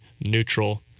neutral